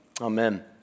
Amen